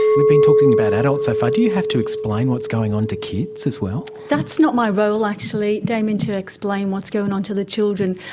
we've been talking about adults so far. do you have to explain what's going on to kids as well? that's not my role actually, damien, to explain what's going on to the children,